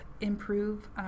improve